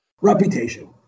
Reputation